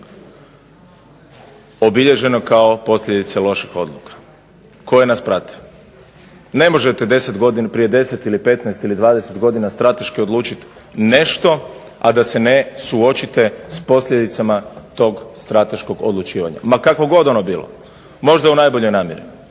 obilježeno kao posljedica loših odluka, koje nas prate. Ne možete 10 godina, prije 10 ili 15 ili 20 godina strateški odlučiti nešto, a da se ne suočite s posljedicama tog strateškog odlučivanja, ma kakvo god ono bilo. Možda u najboljoj namjeri.